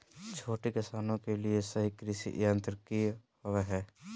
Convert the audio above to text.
छोटे किसानों के लिए सही कृषि यंत्र कि होवय हैय?